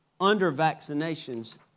under-vaccinations